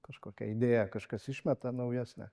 kažkokią idėją kažkas išmeta naujesnę